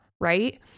right